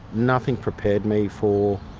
nothing prepared me for